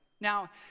now